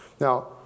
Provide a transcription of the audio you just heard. Now